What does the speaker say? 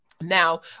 Now